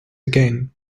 again